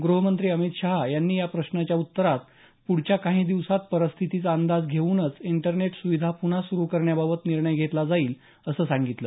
ग्रहमंत्री अमित शहा यांनी या प्रश्नाच्या उत्तरात पुढच्या काही दिवसांत परिस्थितीचा अंदाज घेऊनच इंटरनेट सुविधा पुन्हा सुरू करण्याबाबत निर्णय घेतला जाईल अस सांगितल